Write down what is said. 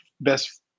best